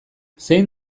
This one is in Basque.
zein